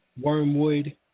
wormwood